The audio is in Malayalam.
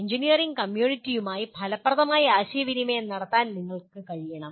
എഞ്ചിനീയറിംഗ് കമ്മ്യൂണിറ്റിയുമായി ഫലപ്രദമായി ആശയവിനിമയം നടത്താൻ നിങ്ങൾക്ക് കഴിയണം